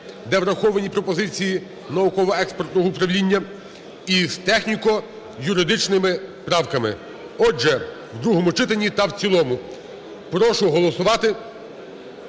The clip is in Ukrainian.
де враховані пропозиції науково-експертного управління і з техніко-юридичними правками. Отже, у другому читанні та в цілому. Прошу голосувати